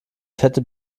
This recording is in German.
fette